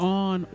on